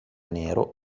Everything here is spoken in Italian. nero